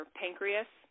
pancreas